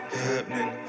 happening